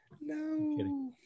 No